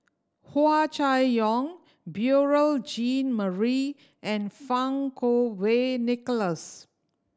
Hua Chai Yong Beurel Jean Marie and Fang Kuo Wei Nicholas